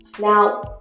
Now